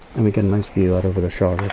and we get a nice view out over the shaw over that